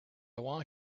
want